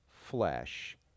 flesh